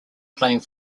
playing